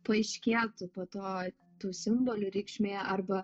paaiškėtų po to tų simbolių reikšmė arba